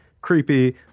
creepy